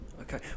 Okay